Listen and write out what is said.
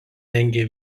rengia